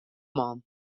man